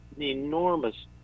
enormous